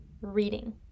reading